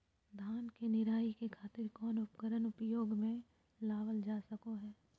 धान के निराई के खातिर कौन उपकरण उपयोग मे लावल जा सको हय?